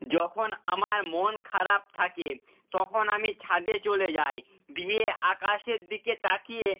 যখন আমার মন খারাপ থাকে তখন আমি ছাদে চলে যাই দিয়ে আকাশের দিকে তাকিয়ে